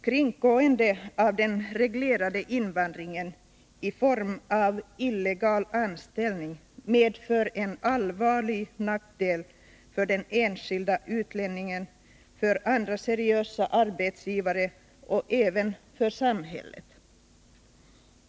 Kringgående av den reglerade invandringen i form av illegal anställning medför allvarliga nackdelar för den enskilde utlänningen, för andra seriösa arbetsgivare och även för samhället.